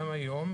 גם היום,